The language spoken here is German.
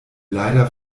leider